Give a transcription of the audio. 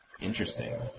Interesting